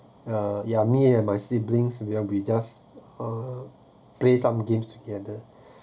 uh yeah me and my siblings then we just play some games together